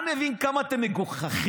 אתה מבין כמה אתם מגוחכים,